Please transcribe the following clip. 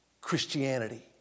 Christianity